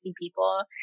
people